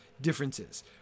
differences